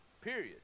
period